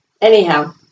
Anyhow